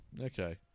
Okay